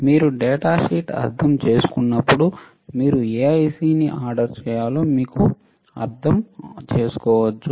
మీరు data sheet అర్థం చేసుకున్నప్పుడు మీరు ఏ ఐసిని ఆర్డర్ చేయాలో మీరు అర్థం చేసుకోవచ్చు